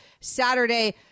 Saturday